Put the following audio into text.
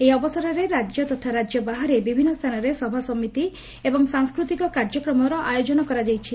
ଏହି ଅବସରରେ ରାକ୍ୟ ତଥା ରାକ୍ୟ ବାହାରେ ବିଭିନ୍ନ ସ୍ତାନରେ ସଭାସମିତି ଏବଂ ସାଂସ୍କୃତିକ କାର୍ଯ୍ୟକ୍କମର ଆୟୋଜନ କରାଯାଇଛି